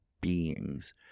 beings